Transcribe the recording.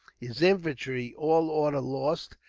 his infantry, all order lost,